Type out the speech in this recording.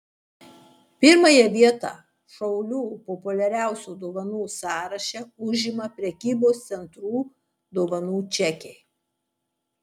pirmąją vietą šaulių populiariausių dovanų sąraše užima prekybos centrų dovanų čekiai